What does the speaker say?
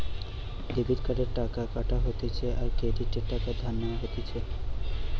debit কার্ডে টাকা কাটা হতিছে আর ক্রেডিটে টাকা ধার নেওয়া হতিছে